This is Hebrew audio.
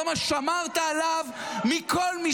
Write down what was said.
למה שמרת עליו מכל משמר?